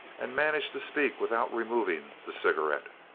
and managed to speak without removing the cigarette.